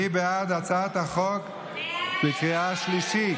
מי בעד הצעת החוק בקריאה שלישית?